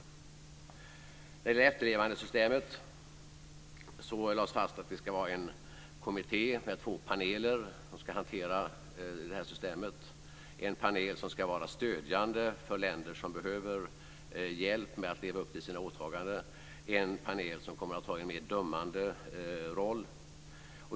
När det gäller efterlevandesystemet lades det fast att det ska vara en kommitté med två paneler som ska hantera det här systemet: en panel som ska vara stödjande för länder som behöver hjälp med att leva upp till sina åtaganden och en panel som kommer att ha en mer dömande roll.